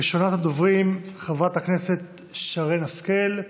ראשונת הדוברים, חברת הכנסת שרן השכל,